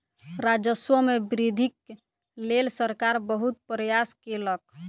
राजस्व मे वृद्धिक लेल सरकार बहुत प्रयास केलक